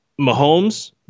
Mahomes